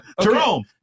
jerome